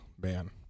Man